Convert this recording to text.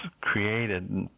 created